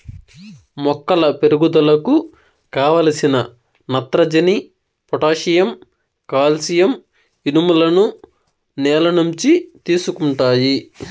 మొక్కల పెరుగుదలకు కావలసిన నత్రజని, పొటాషియం, కాల్షియం, ఇనుములను నేల నుంచి తీసుకుంటాయి